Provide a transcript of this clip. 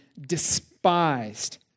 despised